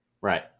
right